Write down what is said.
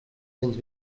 cents